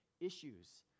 issues